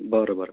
बरं बरं